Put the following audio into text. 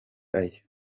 aya